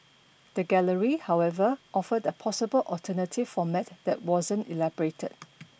the Gallery however offered a possible alternative format that wasn't elaborated